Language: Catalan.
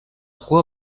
cua